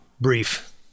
brief